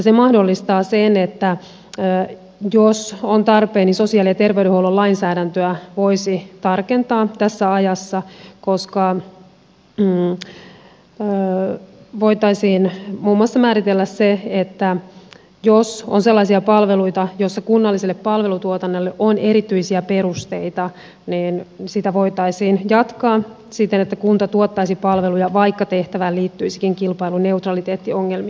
se mahdollistaa sen että jos on tarpeen niin sosiaali ja terveydenhuollon lainsäädäntöä voisi tarkentaa tässä ajassa koska voitaisiin muun muassa määritellä se että jos on sellaisia palveluita joissa kunnalliselle palvelutuotannolle on erityisiä perusteita niin sitä voitaisiin jatkaa siten että kunta tuottaisi palveluja vaikka tehtävään liittyisikin kilpailuneutraliteettiongelmia